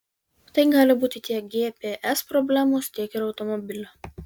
tai gali būti tiek gps problemos tiek ir automobilio